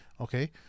okay